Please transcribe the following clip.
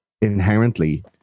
inherently